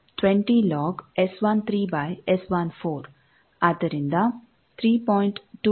25 dB ಆಗಿದೆ